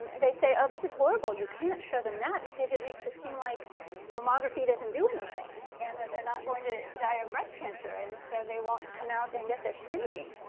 they say, ah this is horrible. you can't show them that because it makes it seem like mammography doesn't do anything and that they're not going die of breast cancer, and so they won't come out and get their screening.